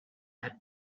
had